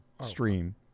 stream